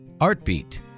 ArtBeat